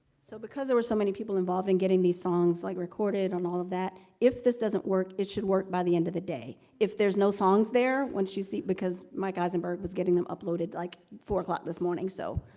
so because there were so many people involved in getting these songs like recorded on all of that if this doesn't work it should work by the end of the day if there's no songs there once you see because my cousin berg was getting them uploaded like four o'clock this morning, so